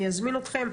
אני אזמין אתכן,